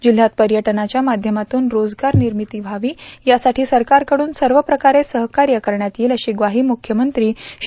जिल्ह्यात पर्यटनाच्या माध्यमातून रोजगार निर्मिती व्हावी यासाठी सरकारकडून सर्वप्रकारे सहकार्य करण्यात येईल अशी ग्वाही मुख्यमंत्री श्री